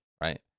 right